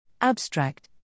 Abstract